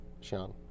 Sean